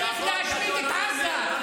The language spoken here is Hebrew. חבר הכנסת סעדה, די.